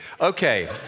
Okay